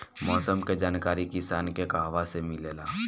मौसम के जानकारी किसान के कहवा से मिलेला?